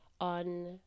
on